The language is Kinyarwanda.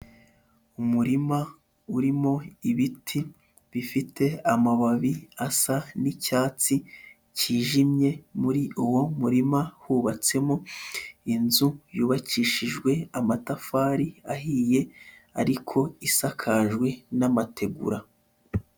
Umurima urimo ibiti bifite amababi asa n'icyatsi cyijimye, muri uwo murima hubatsemo inzu yubakishijwe amatafari ahiye ariko isakajwe n'amategura.